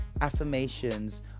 affirmations